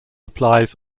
applies